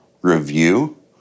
review